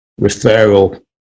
referral